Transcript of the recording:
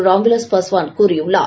ராம் விலாஸ் பாஸ்வான் கூறியுள்ளார்